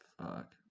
Fuck